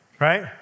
right